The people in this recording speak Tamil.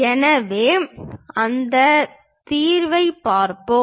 எனவே அந்த தீர்வைப் பார்ப்போம்